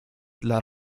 dla